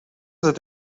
this